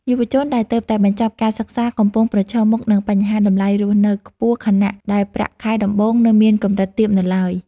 យុវជនដែលទើបតែបញ្ចប់ការសិក្សាកំពុងប្រឈមមុខនឹងបញ្ហាតម្លៃរស់នៅខ្ពស់ខណៈដែលប្រាក់ខែដំបូងនៅមានកម្រិតទាបនៅឡើយ។